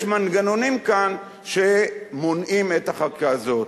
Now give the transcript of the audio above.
מנגנונים כאן שמונעים את החקיקה הזאת.